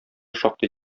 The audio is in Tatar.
шактый